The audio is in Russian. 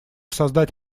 создать